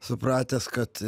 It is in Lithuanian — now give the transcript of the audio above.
supratęs kad